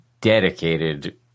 Dedicated